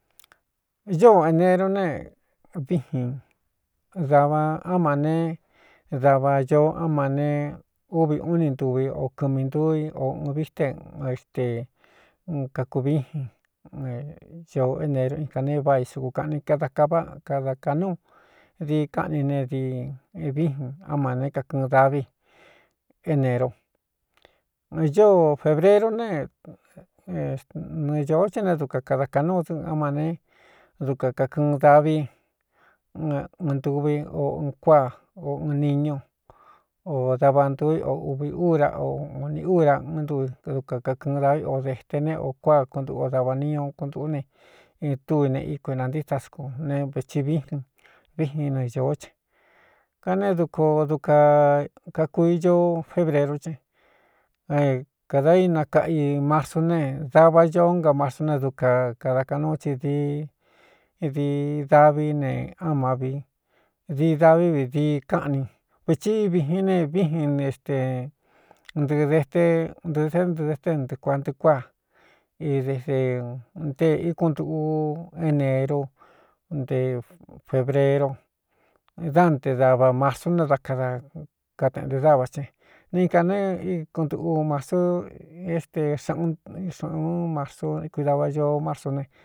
Noo eneru ne vijin dava á ma ne dava ñoo á ma ne úvi ú ni ntuvi o kɨmi ntuu i o ɨ viíté éxte kakuviin ñoo eneru in kān neé váꞌā i suku kaꞌni kada kaváꞌ kada kānúu dii káꞌni ne dii víin á ma né kakɨɨn daví eneru ñoo febreru nenɨɨ ñōó thé ne duka kada kaꞌnúu d á ma ne dukan kakɨɨn daví ɨɨn ntuvi o ɨɨn kuáa o ɨɨn niñú o dava ntuu i o ūvi úra o unī úra ɨn ntui dukan kakɨɨn daví o dēte ne o kuáa kuntuꞌɨ o dava niñu kuntuꞌú ne i tú ine i ku énāntí ta scu ne vēthi víjin vixin nɨɨ ñōó ce kanée duko dukān kakuiñoo febrerú cen kādā ínakaꞌa i marsún ne dava ñoó nga marsún ne dukan kada kaꞌnúu tsɨ dií dii daví ne á má vi dií daví v dii káꞌni vēchi íviin ne víjin n é xte ntɨɨ dete ntɨ̄ɨ́ dé ntɨɨ de té ntɨɨ kuantɨɨ kuáa i de de ntée íkunduꞌu eneru nte febreru dá nte dava masún ne da kada kateꞌnte dávā ce ne in kā nee íkuntuꞌu mastú éste xaꞌun xūꞌuú marsukui dava ñoo marsú ne.